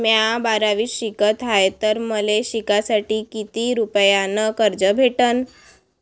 म्या बारावीत शिकत हाय तर मले शिकासाठी किती रुपयान कर्ज भेटन?